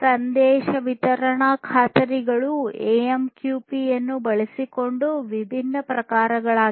ಸಂದೇಶ ವಿತರಣಾ ಖಾತರಿಗಳು ಎಎಮ್ಕ್ಯುಪಿ ಅನ್ನು ಬಳಸಿಕೊಂಡು ವಿಭಿನ್ನ ಪ್ರಕಾರಗಳಾಗಿವೆ